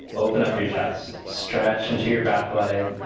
open up your chest. stretch into your back leg.